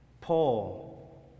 Paul